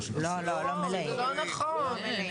לא נכון.